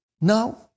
Now